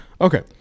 Okay